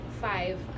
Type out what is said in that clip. five